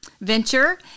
venture